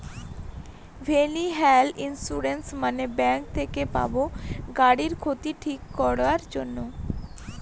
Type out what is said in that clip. vehicle insurance মানে bank থেকে পাবো গাড়ির ক্ষতি ঠিক করাক জন্যে